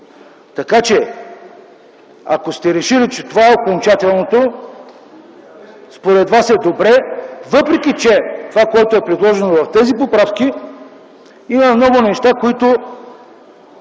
така че ако сте решили, че това е окончателното, според вас е добре. В това, което е предложено в тези поправки, има много неща, които